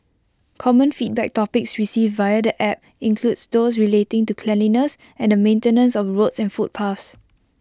common feedback topics received via the app include those relating to cleanliness and maintenance of roads and footpaths